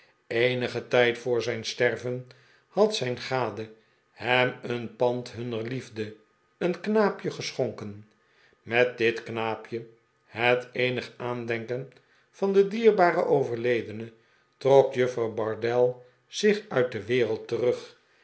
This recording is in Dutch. eenigen tijd voor zijn sterven had zijn gade hem een pand hunner liefde een knaapje geschonken met dit knaapje het eenig aandenken van den dierbaren overledene trok juffrouw bardell zich uit de wereld terug